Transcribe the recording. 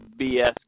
bs